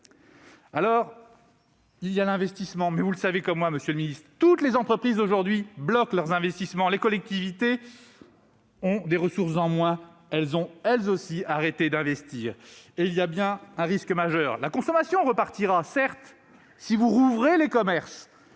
Alors, il y a l'investissement, mais vous le savez comme moi, monsieur le ministre, toutes les entreprises aujourd'hui bloquent leurs investissements. Les collectivités, qui ont des ressources en moins, ont elles aussi arrêté d'investir. Tout cela constitue un risque majeur. La consommation repartira, mais uniquement si vous rouvrez les commerces